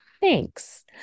Thanks